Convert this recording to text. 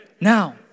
Now